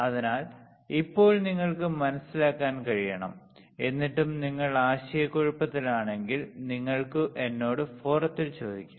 അതിനാൽ ഇപ്പോൾ നിങ്ങൾക്ക് മനസിലാക്കാൻ കഴിയണം എന്നിട്ടും നിങ്ങൾ ആശയക്കുഴപ്പത്തിലാണെങ്കിൽ നിങ്ങൾക്കു എന്നോട് ഫോറത്തിൽ ചോദിക്കാം